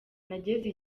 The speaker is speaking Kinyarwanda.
nageze